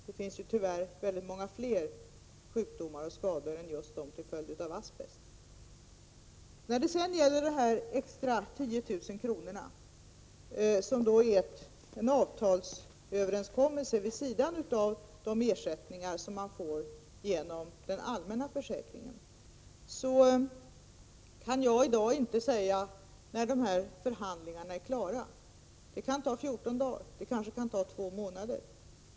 Det finns ju tyvärr väldigt många andra sjukdomar och skador än just de som asbesten har förorsakat. När det gäller de extra 10 000 kr. som är ett resultat av en avtalsöverenskommelse vid sidan av de ersättningar som man får genom den allmänna försäkringen, kan jag i dag inte säga när förhandlingarna är klara. Det kan ta 14 dagar och det kan ta två månader.